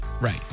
Right